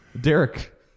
Derek